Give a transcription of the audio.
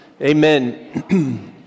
Amen